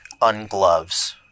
ungloves